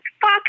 fuck